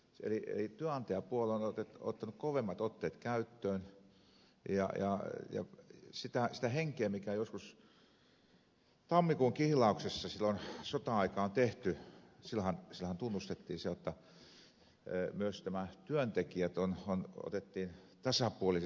eli työnantajapuolella on otettu kovemmat otteet käyttöön ja sitä henkeä ei ole mikä joskus tammikuun kihlauksessa silloin sota aikaan oli silloinhan tunnustettiin se jotta myös nämä työntekijät otettiin tasapuoliseksi neuvottelukumppaniksi